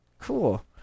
Cool